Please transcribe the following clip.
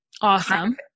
awesome